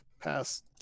pass